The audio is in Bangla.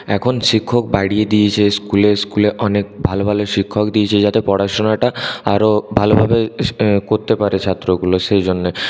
এখন শিক্ষক বাড়িয়ে দিয়েছে স্কুলে স্কুলে অনেক ভালো ভালো শিক্ষক দিয়েছে যাতে পড়াশোনাটা আরও ভালোভাবে করতে পারে ছাত্রগুলো সেই জন্যে